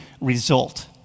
result